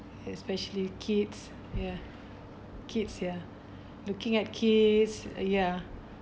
especially kids ya kids ya looking at kids uh ya